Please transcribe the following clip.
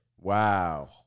Wow